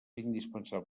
indispensable